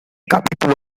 capítulo